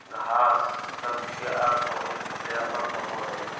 घास शब्द के अर्थ बहुत व्यापक होबो हइ